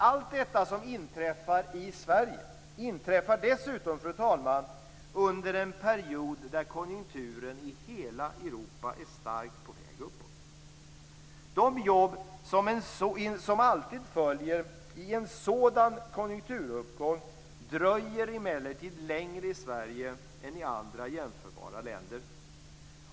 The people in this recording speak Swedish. Allt detta som inträffar i Sverige inträffar dessutom, fru talman, under en period då konjunkturen i hela Europa är starkt på väg uppåt. De jobb som alltid följer i en sådan konjunkturuppgång dröjer emellertid längre i Sverige än i andra jämförbara länder.